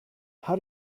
how